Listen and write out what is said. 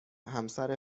همسر